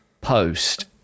post